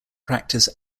practice